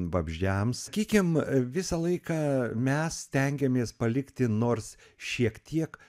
vabzdžiams sakykim visą laiką mes stengiamės palikti nors šiek tiek